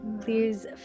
please